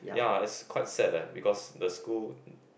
ya is quite sad leh because the school